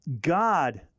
God